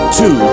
two